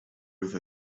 with